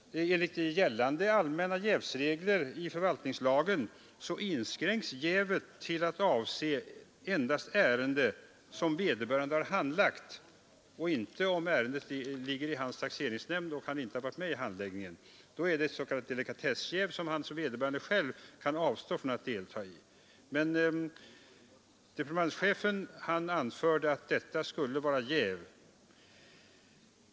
Enligt gällande allmänna jävsregler i förvaltningslagen inskränks jävet till att avse endast ärende som vederbörande har handlagt. När det gäller ett ärende, som ligger i vederbörandes taxeringsnämnd men som han inte varit med och handlagt, är det fråga om ett s.k. delikatessjäv, så att vederbörande själv kan avstå från att delta i behandlingen. Departementschefen anförde att detta skulle anses såsom jäv.